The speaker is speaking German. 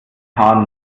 hahn